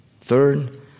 Third